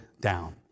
down